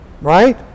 Right